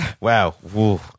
wow